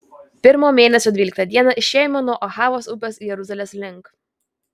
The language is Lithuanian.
pirmo mėnesio dvyliktą dieną išėjome nuo ahavos upės jeruzalės link